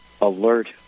alert